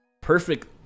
perfect